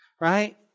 right